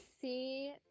see